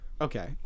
Okay